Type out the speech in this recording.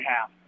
half